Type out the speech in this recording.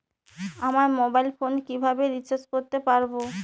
আমার mobile phone কিভাবে recharge করতে পারব?